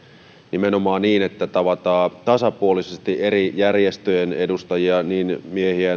nimenomaan niin että on tavattu tasapuolisesti eri järjestöjen edustajia niin miehiä kuin